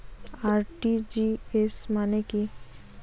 RTGS মানে কি?